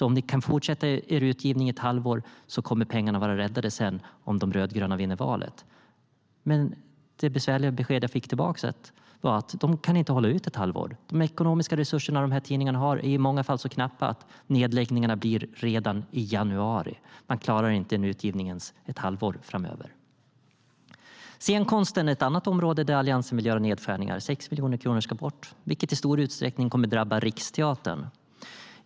Om ni kan fortsätta er utgivning ett halvår kommer pengarna att vara räddade sedan, om de rödgröna vinner valet. Scenkonsten är ett annat område där Alliansen vill göra nedskärningar. 6 miljoner kronor ska bort, vilket i stor utsträckning kommer att drabba Riksteatern.